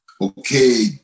okay